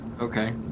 okay